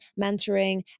mentoring